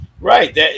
Right